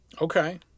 Okay